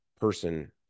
person